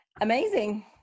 amazing